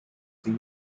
sea